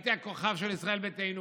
הייתי הכוכב של ישראל ביתנו.